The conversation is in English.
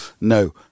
No